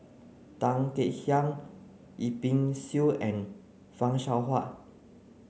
Tan Kek Hiang Yip Pin Xiu and Fan Shao Hua